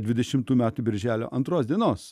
dvidešimtų metų birželio antros dienos